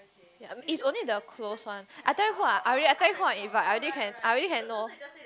ya is only the close one I tell you who ah I already I tell you who I invite I already can I already can know